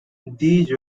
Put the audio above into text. these